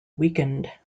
weakened